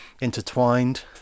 intertwined